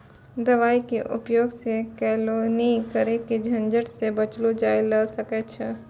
दवाई के उपयोग सॅ केलौनी करे के झंझट सॅ बचलो जाय ल सकै छै